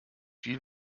viel